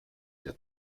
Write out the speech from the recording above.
der